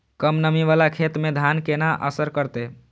कम नमी वाला खेत में धान केना असर करते?